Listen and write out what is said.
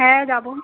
হ্যাঁ যাবো